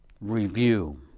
review